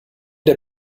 der